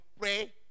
pray